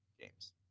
games